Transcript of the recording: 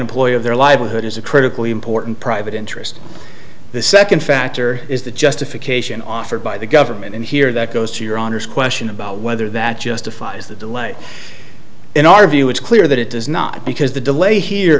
employee of their livelihood as a critically important private interest the second factor is the justification offered by the government here that goes to your honor's question about whether that justifies the delay in our view it's clear that it is not because the delay here